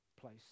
place